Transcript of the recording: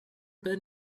been